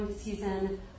season